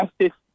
justice